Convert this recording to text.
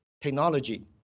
technology